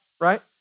right